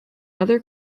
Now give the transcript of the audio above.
other